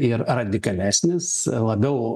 ir radikalesnis labiau